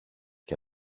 και